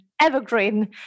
evergreen